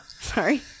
Sorry